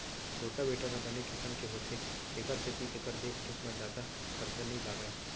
rotavator ह बने किसम के होथे तेकर सेती एकर देख रेख म जादा खरचा नइ लागय